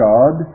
God